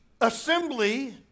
assembly